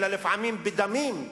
אלא לפעמים בדמים.